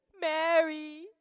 Mary